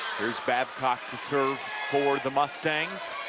here's babcock to serve for the mustangs.